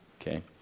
Okay